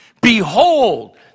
Behold